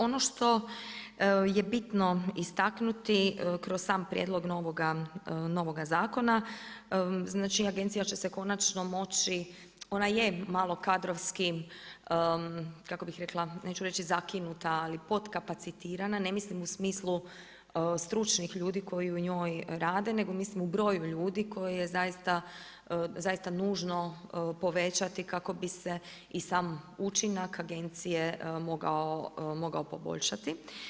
Ono što je bitno istaknuti kroz sam prijedlog novoga zakona, agencija će se konačno moći, ona je malo kadrovski kako bi rekla, neću reći zakinuta, ali podkapacitirana, ne mislim u smislu, stručnih ljudi koji u njoj radi, nego mislim u broju ljudi koji je zaista nužno povećati kako bi se i sam učinak agencije mogao poboljšati.